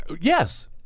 Yes